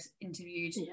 interviewed